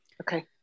Okay